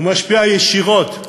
הוא משפיע ישירות.